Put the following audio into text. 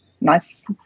nice